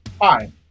Hi